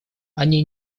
они